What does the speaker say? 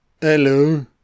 hello